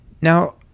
Now